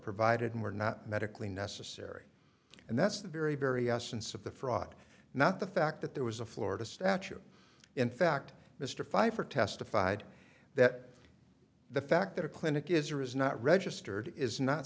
provided were not medically necessary and that's the very very essence of the fraud not the fact that there was a florida statute in fact mr pfeifer testified that the fact that a clinic is or is not registered is not